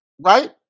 Right